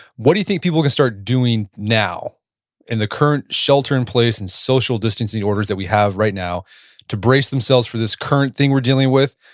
what do you think people can start doing now in the current shelter-in-place and social distancing orders that we have right now to brace themselves for this current thing we're dealing with,